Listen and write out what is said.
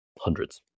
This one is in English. Hundreds